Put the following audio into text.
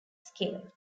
scale